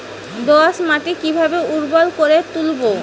দোয়াস মাটি কিভাবে উর্বর করে তুলবো?